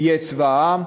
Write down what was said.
יהיה צבא העם,